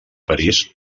parís